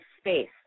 space